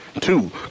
two